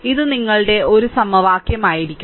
ഇത് നിങ്ങളുടെ ഒരു സമവാക്യമായിരിക്കും